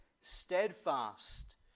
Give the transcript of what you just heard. steadfast